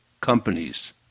companies